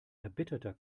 erbitterter